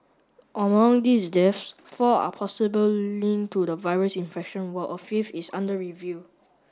among these deaths four are possible link to the virus infection while a fifth is under review